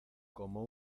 como